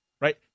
right